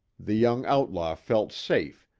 the young outlaw felt safe,